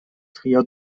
trio